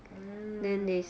mm